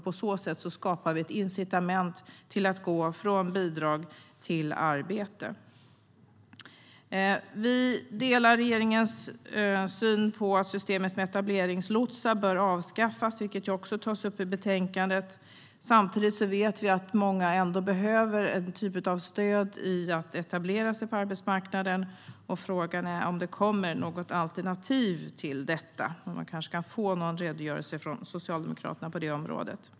På så sätt skapar vi ett incitament till att gå från bidrag till arbete. Vi delar regeringens syn att systemet med etableringslotsar bör avskaffas, vilket också tas upp i betänkandet. Samtidigt vet vi att många ändå behöver en typ av stöd i att etablera sig på arbetsmarknaden. Frågan är om det kommer något alternativ till detta. Man kanske kunde få någon redogörelse från Socialdemokraterna på det området.